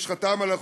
מי שחתם על החוק,